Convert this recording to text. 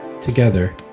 Together